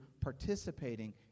participating